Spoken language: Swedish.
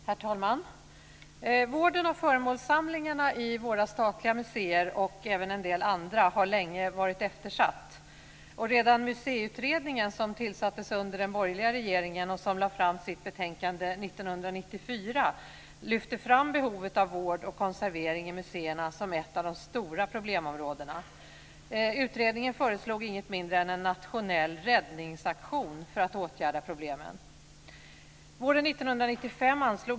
Herr talman! Vården av föremålssamlingarna i våra statliga museer och även en del andra har länge varit eftersatt. Redan Museiutredningen som tillsattes av den borgerliga regeringen och som lade fram sitt betänkande 1994 lyfte fram behovet av vård och konservering i museerna som ett av de stora problemområdena. Utredningen föreslog inget mindre än en nationell räddningsaktion för att åtgärda problemen.